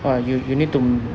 !wah! you you need to